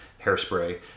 Hairspray